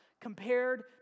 compared